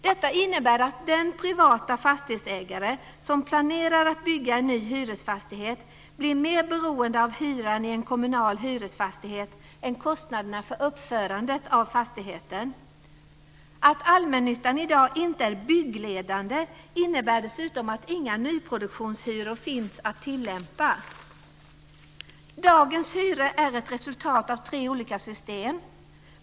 Detta innebär att den privata fastighetsägare som planerar att bygga en ny hyresfastighet blir mer beroende av hyran i en kommunal hyresfastighet än kostnaderna för uppförandet av fastigheten. Att allmännyttan i dag inte är byggledande innebär dessutom att inga nyproduktionshyror finns att tillämpa. Dagens hyror är ett resultat av tre olika system.